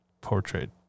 portrait